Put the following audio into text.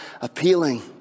appealing